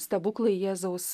stebuklai jėzaus